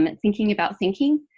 but thinking about thinking.